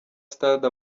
stade